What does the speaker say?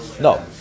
No